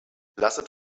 lasset